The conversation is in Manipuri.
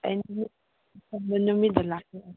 ꯑꯩꯅ ꯁꯪꯕ ꯅꯨꯃꯤꯠꯇ ꯂꯥꯛꯀꯦ